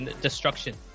destruction